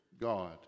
God